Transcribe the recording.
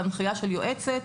בהנחיה של יועצת,